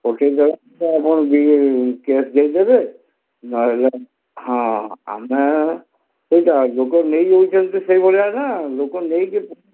ପଠେଇ ଦେଲେ ଆପଣ ବି କ୍ୟାସ୍ ଦେଇଦେବେ ନହେଲେ ହଁ ଆମେ ସେଇଟା ଲୋକ ନେଇ ଯାଉଛନ୍ତି ସେହିଭଳିଆ ନା ଲୋକ ନେଇକି